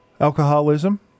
alcoholism